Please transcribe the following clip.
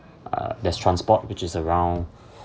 uh there's transport which is around